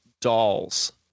dolls